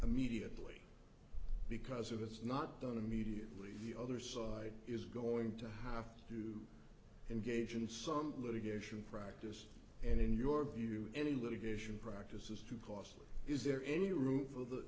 immediately because if it's not done immediately the other side is going to have to engage in some litigation practice and in your view any litigation practice is too costly is there any room for the